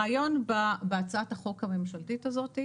הרעיון בהצעת החוק הממשלתית הזאת,